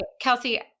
kelsey